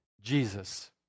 Jesus